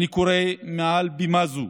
אני קורא מעל בימה זו